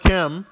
Kim